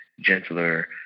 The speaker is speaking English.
gentler